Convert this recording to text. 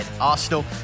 Arsenal